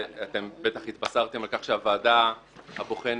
אתם בטח התבשרתם על כך שהוועדה הבוחנת